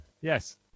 Yes